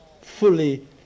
fully